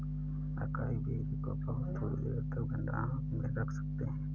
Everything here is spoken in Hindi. अकाई बेरी को बहुत थोड़ी देर तक भंडारण में रख सकते हैं